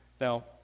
Now